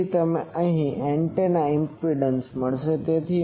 તેથી તમને antenna impedance અવબાધ impedance મળશે